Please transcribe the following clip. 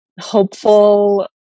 hopeful